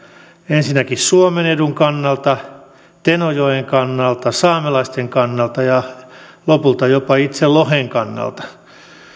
ensinnäkin suomen edun kannalta tenojoen kannalta saamelaisten kannalta ja lopulta jopa itse lohen kannalta tämä